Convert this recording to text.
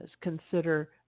Consider